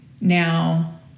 Now